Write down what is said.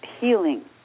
healing